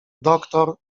doktor